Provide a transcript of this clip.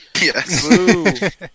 Yes